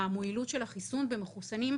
המועילות של החיסון במחוסנים,